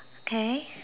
okay